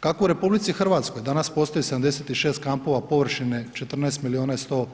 Kako u RH danas postoji 76 kampova površine 14 milijuna i 100